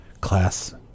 class